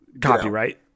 Copyright